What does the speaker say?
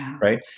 right